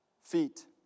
feet